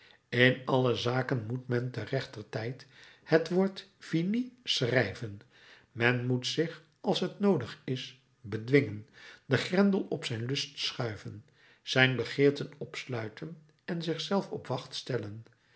in alle zaken moet men te rechter tijd het woord finis schrijven men moet zich als t noodig is bedwingen den grendel op zijn lust schuiven zijn begeerten opsluiten en zich zelf op wacht stellen